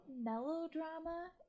melodrama